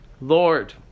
Lord